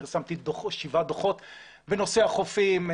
פרסמתי שבעה דוחות נושא החופים,